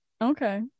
Okay